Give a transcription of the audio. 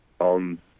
on